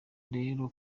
rero